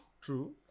True